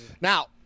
Now